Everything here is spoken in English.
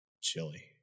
Chili